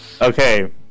Okay